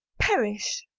perish.